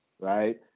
right